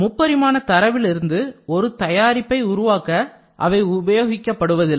முப்பரிமான தரவிலிருந்து ஒரு தயாரிப்பை உருவாக்க உபயோகப் படுவதில்லை